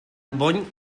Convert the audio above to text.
bony